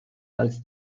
als